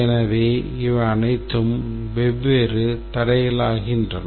எனவே இவை அனைத்தும் வெவ்வேறு தடைகளாகின்றன